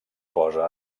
posa